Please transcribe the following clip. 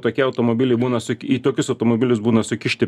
tokie automobiliai būna suk į tokius automobilius būna sukišti